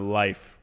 life